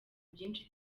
byinshi